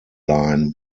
line